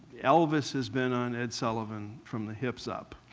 elvis has been on ed sullivan from the hips up.